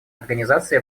организации